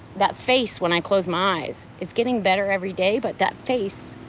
that face when i close my eyes, it's getting better every day but that face.